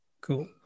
Cool